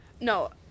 no